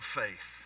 faith